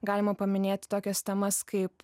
galima paminėti tokias temas kaip